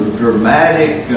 dramatic